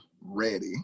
ready